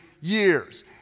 years